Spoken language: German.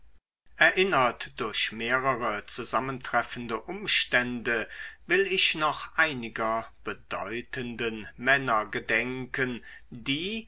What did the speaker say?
erinnert durch mehrere zusammentreffende umstände will ich noch einiger bedeutenden männer gedenken die